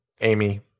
Amy